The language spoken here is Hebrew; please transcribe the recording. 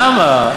למה?